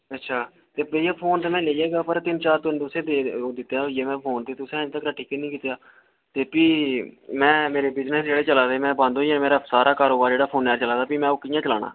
अच्छा ते भैया फोन ते में लेई जाह्गा पर तिन चार दिन तुसेंगी दे ओह् दित्ते दे होई गे फोन ते तुसें अल्ली तक ठीक नेईं कीते दा ते फ्ही में मेरे बिजनेस जेह्डे चला दे में बंद होई जाने मेरा सारा कारोबार जेह्ड़ा फोना च चला दा फ्ही मैं ओह् कि'यां चलाना